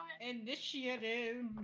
initiative